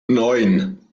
neun